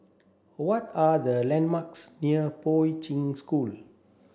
what are the landmarks near Poi Ching School